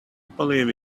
believe